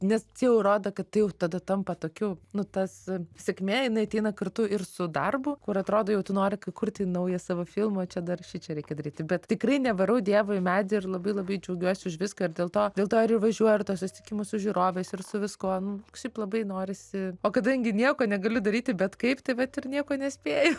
nes jau rodo kad tai jau tada tampa tokių nu tas sėkmė jinai ateina kartu ir su darbu kur atrodo jau tu nori kurti naują savo filmą o čia dar šičia reikia daryti bet tikrai nevarau dievo į medį ir labai labai džiaugiuosi už viską ir dėl to dėl to ir važiuoju ir į tuos susitikimus su žiūrovais ir su viskuo kažkaip labai norisi o kadangi nieko negaliu daryti bet kaip tai vat ir nieko nespėju